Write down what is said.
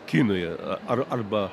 kinui ar arba